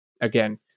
again